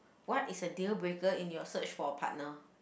what is a deal breaker in your search for a partner